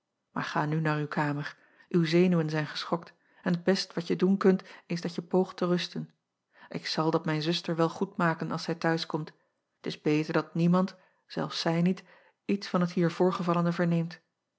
aar ga nu naar uw kamer uw zenuwen zijn geschokt en t best wat je doen kunt is dat je poogt te rusten k zal dat bij mijn zuster wel goedmaken als zij t huis komt t is beter dat niemand zelfs zij niet iets van het hier voorgevallene